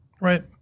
Right